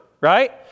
right